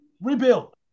Rebuild